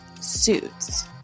Suits